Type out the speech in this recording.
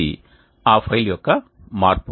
ఇది ఆ ఫైల్ యొక్క మార్పు